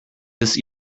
this